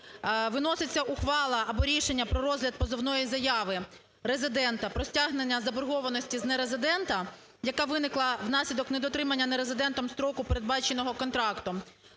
виноситься ухвала або рішення про розгляд позовної заяви резидента про стягнення заборгованості з не резидента, яка виникла внаслідок недотримання не резидентом строку, передбаченого контрактом,